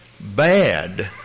bad